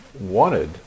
wanted